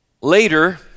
Later